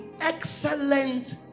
excellent